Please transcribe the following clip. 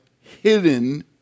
hidden